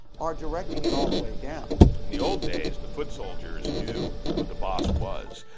are directing it all the way down. in the old days, the foot soldiers knew who the boss was.